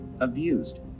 abused